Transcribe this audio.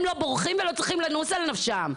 הם לא בורחים ולא צריכים לנוס על נפשם.